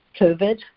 COVID